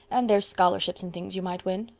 and there's scholarships and things you might win.